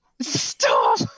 stop